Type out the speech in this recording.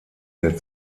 der